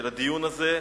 של הדיון הזה,